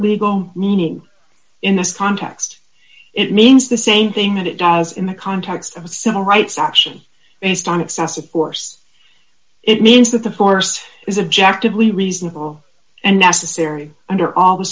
legal meaning in this context it means the same thing that it does in the context of a civil rights action based on excessive force it means that the force is objective we reasonable and necessary under all the